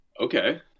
Okay